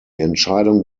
entscheidung